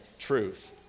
truth